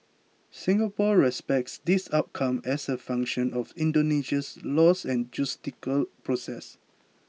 Singapore respects this outcome as a function of Indonesia's laws and judicial process